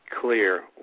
clear